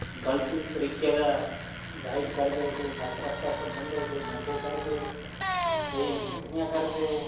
गल्त तरीके दा गाइड करदे केईं गल्त रस्ते उप्पर जंदे केईं नशे करदे केईं चोरियां करदे